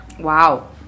Wow